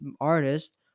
artist